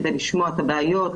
כדי לשמוע את הבעיות,